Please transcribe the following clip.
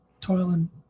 toiling